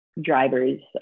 drivers